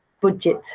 budget